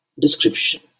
description